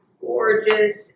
gorgeous